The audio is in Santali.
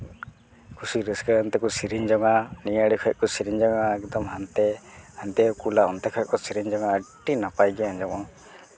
ᱠᱩᱥᱤ ᱨᱟᱹᱥᱠᱟᱹᱣᱟᱱ ᱛᱮᱠᱚ ᱥᱮᱨᱮᱧ ᱡᱚᱝᱟ ᱱᱤᱭᱟᱹ ᱟᱲᱮ ᱠᱷᱚᱱ ᱠᱚ ᱥᱮᱨᱮᱧ ᱡᱚᱝᱟ ᱮᱠᱫᱚᱢ ᱦᱟᱱᱛᱮ ᱦᱟᱱᱛᱮ ᱠᱚ ᱠᱩᱞᱟ ᱚᱱᱛᱮ ᱠᱷᱚᱡ ᱠᱚ ᱥᱮᱨᱮᱧ ᱡᱚᱝᱟ ᱟᱹᱰᱤ ᱱᱟᱯᱟᱭ ᱜᱮ ᱟᱸᱡᱚᱢᱚᱜᱼᱟ